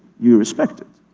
you respect it.